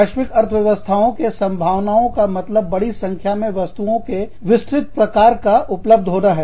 वैश्विक अर्थव्यवस्थाओं के संभावनाओं का मतलब बड़ी संख्या में वस्तुओं के विस्तृत प्रकार का उपलब्ध होना है